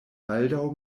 baldaŭ